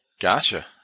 Gotcha